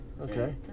Okay